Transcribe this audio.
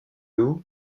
lew